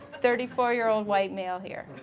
thirty four year old white male here.